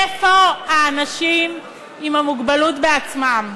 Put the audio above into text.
איפה האנשים עם המוגבלות בעצמם?